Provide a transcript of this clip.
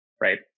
right